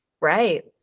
Right